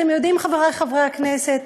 אתם יודעים, חברי חברי הכנסת,